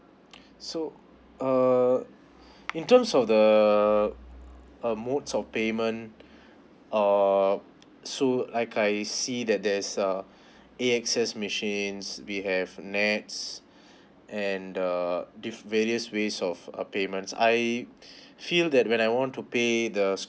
so uh in terms of the uh modes of payment err so like I see that there's a A_X_S machines we have N_E_T_S and the various ways of uh payments I feel that when I want to pay the